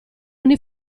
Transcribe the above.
ogni